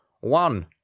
One